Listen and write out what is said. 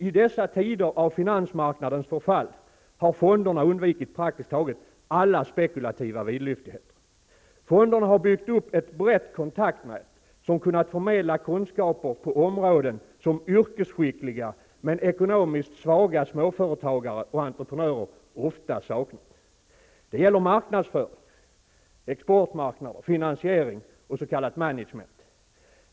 I dessa tider av finansmarknadens förfall har fonderna undvikit praktiskt taget alla spekulativa vidlyftigheter. Fonderna har byggt upp ett brett kontaktnät som kunnat förmedla kunskaper på områden som yrkesskickliga men ekonomiskt svaga småföretagare och entreprenörer ofta saknar. Det har gällt marknadsföring, exportmarknader, finansiering och s.k. management.